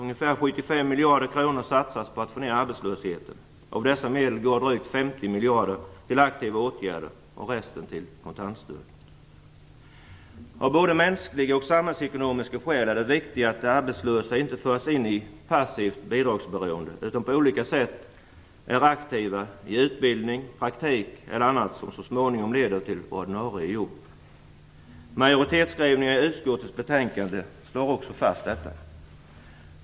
Ungefär 75 miljarder kronor satsas på att få ner arbetslösheten. Av dessa medel går drygt 50 miljarder till aktiva åtgärder och resten till kontantstöd. Av både mänskliga och samhällsekonomiska skäl är det viktigt att arbetslösa inte förs in i ett passivt bidragsberoende utan på olika sätt är aktiva, t.ex. i utbildning, praktik eller annat som så småningom leder till ordinarie jobb. Majoritetsskrivningen i utskottets betänkande slår också fast detta.